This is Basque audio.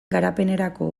garapenerako